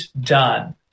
done